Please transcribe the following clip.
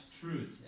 truth